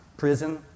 prison